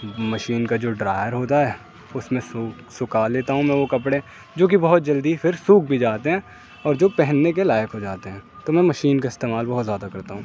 machine کا جو dryer ہوتا ہے اس میں سکھا لیتا ہوں میں وہ کپڑے جوکہ بہت جلدی پھر سوکھ بھی جاتے ہیں اور جو پہننے کے لائق ہو جاتے ہیں تو میں مشین کا استعمال بہت زیادہ کرتا ہوں